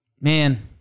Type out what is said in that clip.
Man